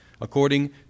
according